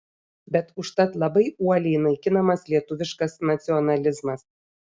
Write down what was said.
bet užtat labai uoliai naikinamas lietuviškas nacionalizmas